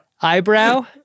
eyebrow